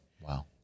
Wow